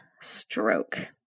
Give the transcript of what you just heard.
stroke